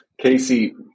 Casey